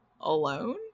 Alone